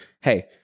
hey